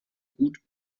gut